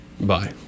Bye